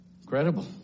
Incredible